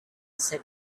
said